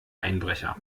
einbrecher